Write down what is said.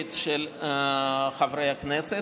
האידיאולוגית של חברי הכנסת.